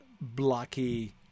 blocky